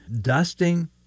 dusting